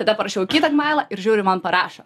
tada parašiau į kitą gmailą ir žiūriu man parašo